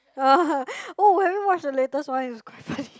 oh have you watch the latest one it's quite funny